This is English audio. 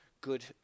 good